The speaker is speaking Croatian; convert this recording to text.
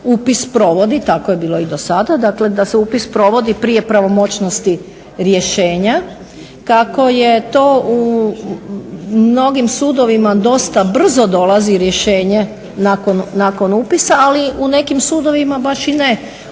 upis provodi. Tako je bilo i do sada, da se upis provodi prije pravomoćnosti rješenja kako je to u mnogim sudovima dosta brzo dolazi rješenje nakon upisa, ali u nekim sudovima baš i ne